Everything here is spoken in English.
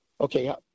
Okay